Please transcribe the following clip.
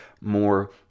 more